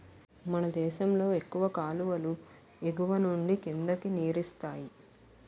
మనదేశంలో ఎక్కువ కాలువలు ఎగువనుండి కిందకి నీరిస్తాయి